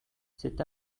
cet